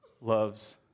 loves